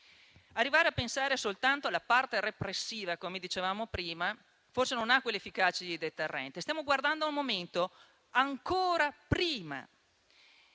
perché pensare soltanto alla parte repressiva, come dicevamo prima, forse non ha l'efficacia della deterrenza. Stiamo guardando al momento ancora